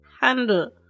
handle